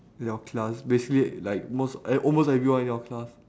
your class basically like most e~ almost everyone in your class